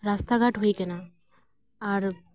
ᱨᱟᱥᱛᱟ ᱜᱷᱟᱴ ᱦᱩᱭᱟᱠᱟᱱᱟ ᱟᱨ